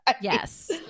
Yes